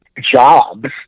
jobs